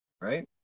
right